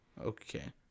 Okay